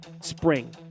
spring